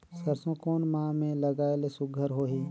सरसो कोन माह मे लगाय ले सुघ्घर होही?